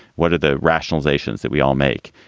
what are the rationalizations that we all make?